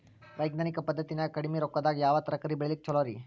ವೈಜ್ಞಾನಿಕ ಪದ್ಧತಿನ್ಯಾಗ ಕಡಿಮಿ ರೊಕ್ಕದಾಗಾ ಯಾವ ತರಕಾರಿ ಬೆಳಿಲಿಕ್ಕ ಛಲೋರಿ?